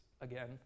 again